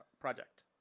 project